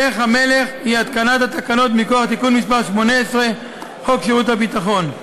דרך המלך היא התקנת התקנות מכוח תיקון מס' 18 לחוק שירות ביטחון.